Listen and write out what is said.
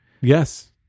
Yes